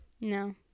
No